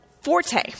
Forte